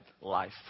life